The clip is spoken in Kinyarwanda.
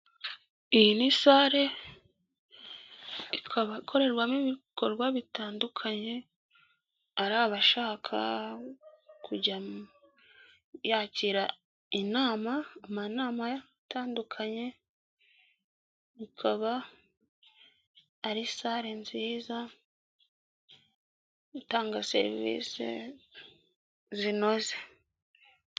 Iyi ni sare ikaba ikorerwamo ibikorwa bitandukanye, ari abashaka kujya yakira amanama atandukanye akaba ari sare nziza utanga serivisi zinoze.